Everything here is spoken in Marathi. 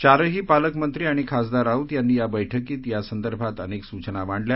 चारही पालकमंत्री आणि खासदार राऊत यांनी या बैठकीत या संदर्भात अनेक सूचना मांडल्या